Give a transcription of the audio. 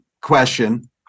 question